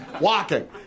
Walking